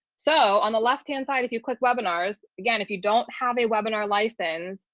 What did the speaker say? so on the left hand side, if you click webinars, again, if you don't have a webinar license,